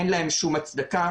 אין להם שום הצדקה,